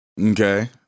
Okay